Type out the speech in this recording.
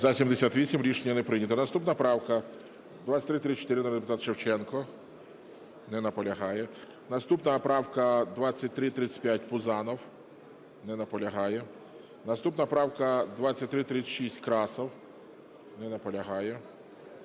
За-78 Рішення не прийнято. Наступна правка - 2334, народний депутат Шевченко. Не наполягає. Наступна правка - 2335, Пузанов. Не наполягає. Наступна правка - 2336, Красов. Не наполягає.